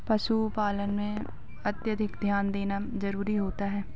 पशु पालन में अत्यधिक ध्यान देना ज़रूरी होता है